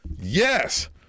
yes